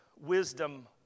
Wisdom